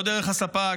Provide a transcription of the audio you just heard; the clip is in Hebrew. לא דרך הספק,